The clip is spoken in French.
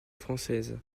française